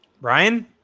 Brian